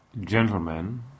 Gentlemen